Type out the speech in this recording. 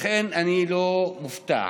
לכן אני לא מופתע